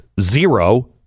zero